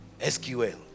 SQL